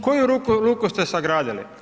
Koju luku ste sagradili?